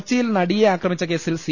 കൊച്ചിയിൽ നടിയെ ആക്രമിച്ച കേസിൽ സി